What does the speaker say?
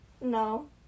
no